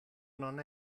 non